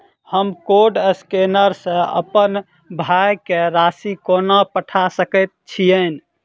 हम code scanner सँ अप्पन भाय केँ राशि कोना पठा सकैत छियैन?